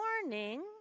morning